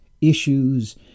issues